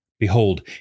Behold